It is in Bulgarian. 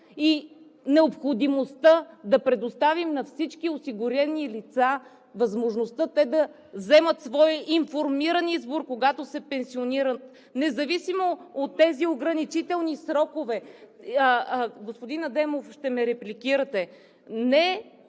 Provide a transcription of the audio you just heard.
и необходимостта да предоставим на всички осигурени лица възможността да вземат своя информирам избор, когато се пенсионират, независимо от тези ограничителни срокове. (Реплика от народния